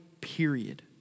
period